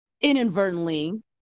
inadvertently